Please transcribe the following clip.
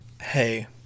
Hey